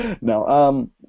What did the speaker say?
no